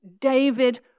David